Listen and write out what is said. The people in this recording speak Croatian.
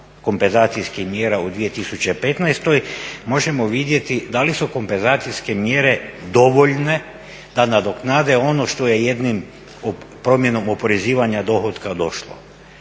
kompenzacijskih mjera u 2015.možemo vidjeti da li su kompenzacijske mjere dovoljne da nadoknade ono što je jednom promjenom oporezivanja dohotka došlo.